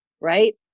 right